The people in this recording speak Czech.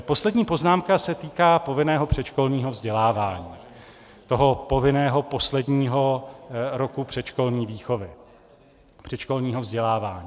Poslední poznámka se týká povinného předškolního vzdělávání, toho povinného posledního roku předškolní výchovy, předškolního vzdělávání.